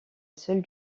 seule